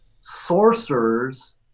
sorcerers